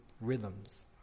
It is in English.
Rhythms